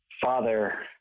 Father